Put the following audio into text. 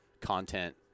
content